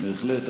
בהחלט.